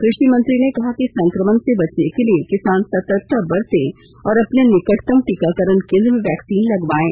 कृषि मंत्री ने कहा कि संकमण से बचने के लिए किसान सतर्कता बरते और अपने निकटतम टीकाकरण केंद्र में वैक्सीन लगवायें